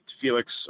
Felix